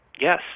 yes